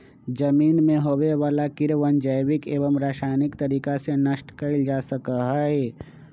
जमीन में होवे वाला कीड़वन जैविक एवं रसायनिक तरीका से नष्ट कइल जा सका हई